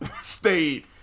stayed